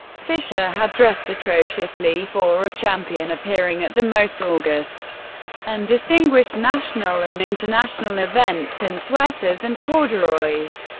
fischer had dressed atrociously for a champion, appearing at the most august and distinguished national and international events in sweaters and corduroys.